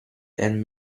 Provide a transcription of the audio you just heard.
and